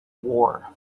war